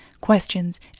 questions